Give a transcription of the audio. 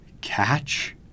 catch